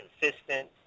consistent